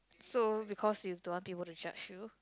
so because you don't want people to judge you